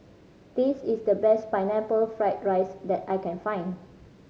this is the best Pineapple Fried rice that I can find